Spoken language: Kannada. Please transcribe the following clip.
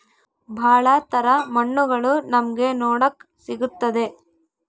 ಭಾಳ ತರ ಮಣ್ಣುಗಳು ನಮ್ಗೆ ನೋಡಕ್ ಸಿಗುತ್ತದೆ